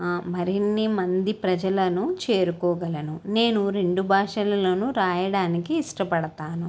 మరిన్ని మంది ప్రజలను చేరుకోగలను నేను రెండు భాషలలోను రాయడానికి ఇష్టపడతాను